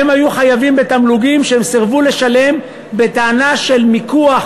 הם היו חייבים תמלוגים שהם סירבו לשלם בטענה של מיקוח